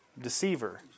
Deceiver